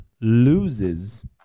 loses